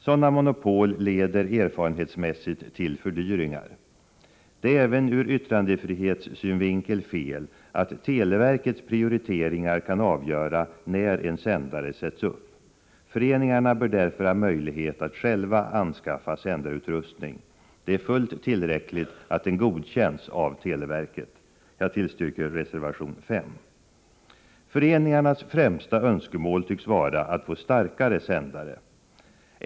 Sådana monopol leder erfarenhetsmässigt till fördyringar. Det är även ur yttrandefrihetssynvinkel fel att televerkets prioriteringar kan avgöra när en sändare sätts upp. Föreningarna bör därför ha möjlighet att själva anskaffa sändarutrustning. Det är fullt tillräckligt att den godkänns av televerket. Jag tillstyrker reservation 5. Föreningarnas främsta önskemål tycks vara att få starkare sändare.